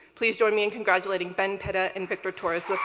please join me in congratulating ben pitta and victor torres ah